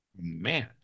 man